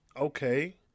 okay